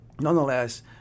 nonetheless